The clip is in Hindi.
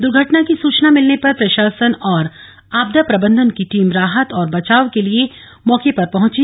दुर्घटना की सूचना भिलने पर प्रशासन और आपदा प्रबंधन की टीम राहत और बचाव के लिए मौके पर पहुंची